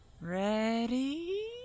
Ready